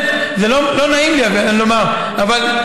לא נעים לי לומר, אבל,